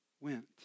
went